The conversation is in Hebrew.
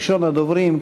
ראשון הדוברים,